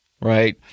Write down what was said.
right